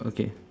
okay